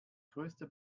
größte